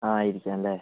ആയിരിക്കാം അല്ലേ